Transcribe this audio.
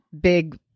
big